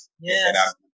Yes